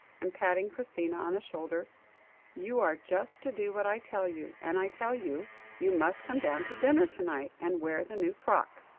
and patting christina on the shoulder you are just to do what i tell you, and i tell you you must come down to dinner to-night, and wear the new frock.